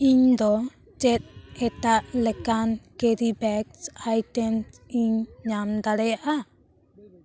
ᱤᱧᱫᱚ ᱪᱮᱫ ᱮᱴᱟᱜ ᱞᱮᱠᱟᱱ ᱠᱮᱨᱤ ᱵᱮᱜᱥ ᱟᱭᱴᱮᱢᱥ ᱤᱧ ᱧᱟᱢ ᱫᱟᱲᱮᱭᱟᱜᱼᱟ